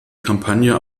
kampagne